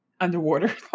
underwater